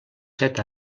set